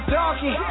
donkey